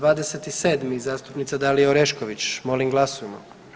27. zastupnica Dalija Orešković, molim glasujmo.